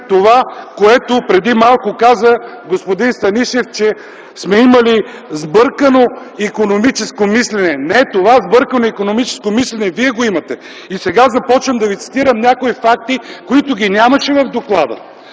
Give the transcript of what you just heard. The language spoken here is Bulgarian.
това, което преди малко каза господин Станишев – че сме имали сбъркано икономическо мислене. Не, това сбъркано икономическо мислене Вие го имате. Сега започвам да Ви цитирам някои факти, които ги нямаше в доклада.